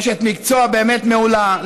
אשת מקצוע באמת מעולה,